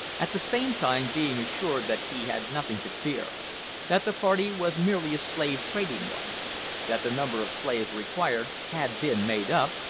at the same time being assured that he had nothing to fear that the party was merely a slave-trading one that the number of slaves required had been made up,